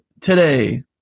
today